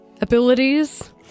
abilities